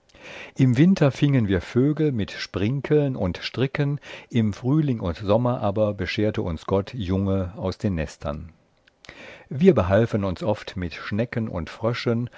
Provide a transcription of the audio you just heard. im winter fiengen wir vögel mit sprinkeln und stricken im frühling und sommer aber bescherte uns gott junge aus den nestern wir behalfen uns oft mit schnecken und fröschen